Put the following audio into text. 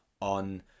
on